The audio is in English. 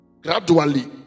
Gradually